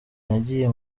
nagiye